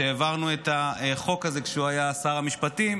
שהעברנו את החוק הזה כשהוא היה שר המשפטים,